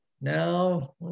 Now